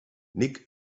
nick